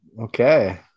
Okay